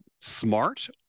smart